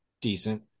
decent